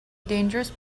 dangerous